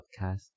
podcast